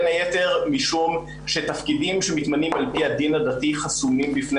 בין היתר משום שתפקידים שמתמנים על ידי הדין הדתי חסומים בפני